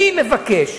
אני מבקש